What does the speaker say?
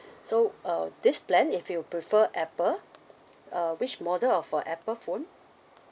so uh this plan if you prefer apple uh which model of uh apple phone